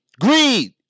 greed